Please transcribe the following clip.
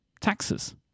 taxes